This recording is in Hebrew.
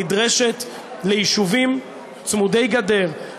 נדרשת ליישובים צמודי גדר,